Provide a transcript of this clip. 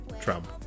Trump